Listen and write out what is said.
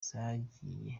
zagiye